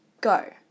Go